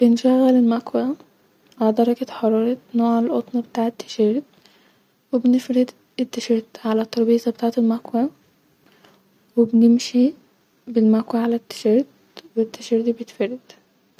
بنشغل المكوه-علي نوع حراره نوع التيشرت-وبنفر-د-التيشرت علي الترابيزه بتاعت الماكوه-وبنمشي بالموكه علي التيشرت-والتيشرت بيتفرد